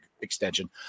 extension